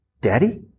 Daddy